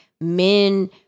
men